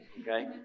okay